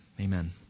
Amen